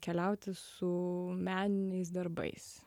keliauti su meniniais darbais